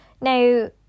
Now